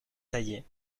taillé